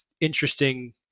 interesting